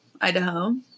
idaho